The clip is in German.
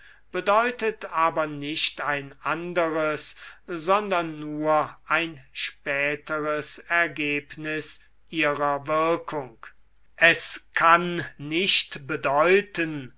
bedeutet aber nicht ein anderes sondern nur ein späteres ergebnis ihrer wirkung es kann nicht bedeuten